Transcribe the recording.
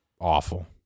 awful